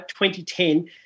2010